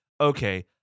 okay